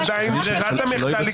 עדיין ברירת המחדל היא מה שכתבתם.